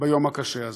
ביום הקשה הזה.